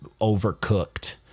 overcooked